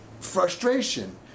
frustration